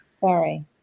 sorry